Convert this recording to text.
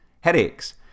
Headaches